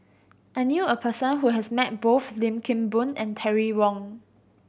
I knew a person who has met both Lim Kim Boon and Terry Wong